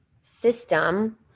system